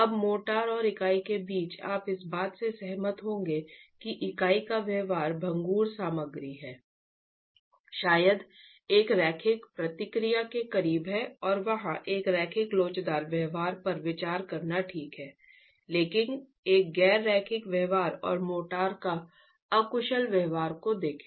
अब मोर्टार और इकाई के बीच आप इस बात से सहमत होंगे कि इकाई का व्यवहार भंगुर सामग्री है शायद एक रैखिक प्रतिक्रिया के करीब है और वहां एक रैखिक लोचदार व्यवहार पर विचार करना ठीक है लेकिन एक गैर रैखिक व्यवहार और मोर्टार का अकुशल व्यवहार को देखें